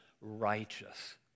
righteous